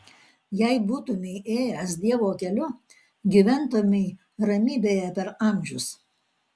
jei būtumei ėjęs dievo keliu gyventumei ramybėje per amžius